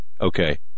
okay